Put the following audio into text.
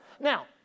Now